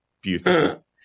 beautiful